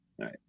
Right